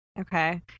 Okay